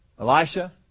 Elisha